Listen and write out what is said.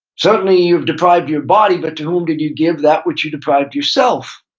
certainly you've deprived your body, but to whom did you give that which you deprived yourself?